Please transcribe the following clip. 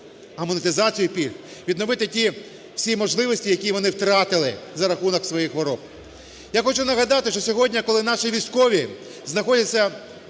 а монетизацію пільг. Відновити ті всі можливості, які вони втратили за рахунок своїх хвороб. Я хочу нагадати, що сьогодні, коли наші військові знаходяться